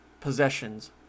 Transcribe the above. possessions